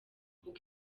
uko